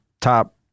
top